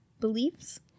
Beliefs